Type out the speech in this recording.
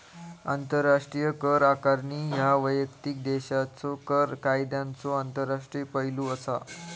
आंतरराष्ट्रीय कर आकारणी ह्या वैयक्तिक देशाच्यो कर कायद्यांचो आंतरराष्ट्रीय पैलू असा